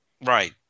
Right